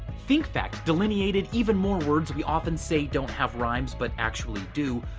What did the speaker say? think fact delineated even more words we often say don't have rhymes but actually do.